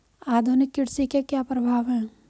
आधुनिक कृषि के क्या प्रभाव हैं?